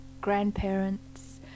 grandparents